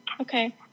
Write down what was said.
Okay